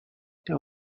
that